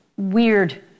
Weird